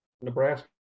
Nebraska